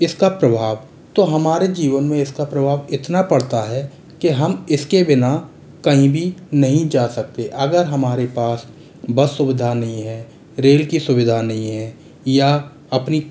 इसका प्रभाव तो हमारे जीवन में इसका प्रभाव इतना पड़ता है कि हम इसके बिना कहीं भी नहीं जा सकते अगर हमारे पास बस सुविधा नहीं है रेल की सुविधा नहीं है या अपनी